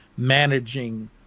managing